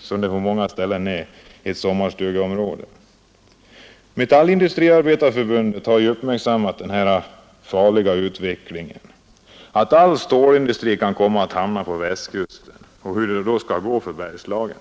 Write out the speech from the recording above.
som på så många ställen, endast ett sommarstugeområde. Metallindustriarbetareförbundet har uppmärksammat den farliga utvecklingen att all stålindustri kan komma att hamna på Västkusten. Hur skall det då gå för Bergslagen?